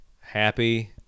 happy